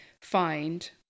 find